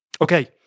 Okay